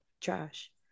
trash